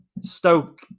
Stoke